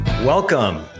welcome